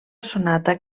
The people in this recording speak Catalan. sonata